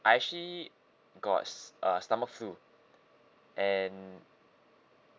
I actually got a stomach flu and